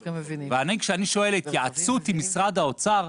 כשאני שואל על 'התייעצות עם משרד האוצר'